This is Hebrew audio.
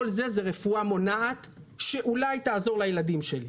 כל זה זה רפואה מונעת שאולי תעזור לילדים שלי.